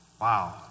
Wow